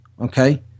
Okay